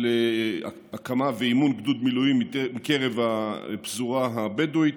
הקמה ואימון של גדוד מילואים מקרב הפזורה בדואית